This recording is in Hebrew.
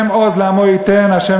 אני אסיים בפסוק קצר: "ה' עז לעמו יתן ה'